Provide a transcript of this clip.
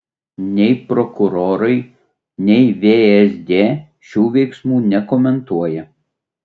nei prokurorai nei vsd šių veiksmų nekomentuoja